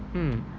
mm